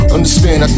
Understand